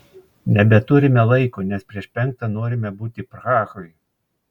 nebeturime laiko nes prieš penktą norime būti prahoj